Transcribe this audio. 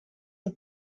the